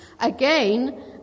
Again